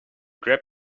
grab